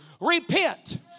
Repent